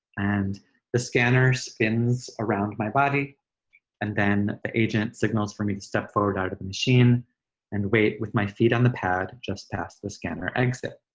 and the scanner spins around my body and then the agent signals for me to step forward out of the machine and wait with my feet on the pad just past the scanner exit.